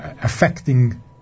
affecting